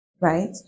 right